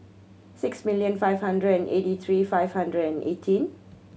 six million five hundred and eightt three five hundred and eighteen